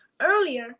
Earlier